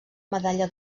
medalla